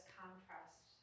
contrast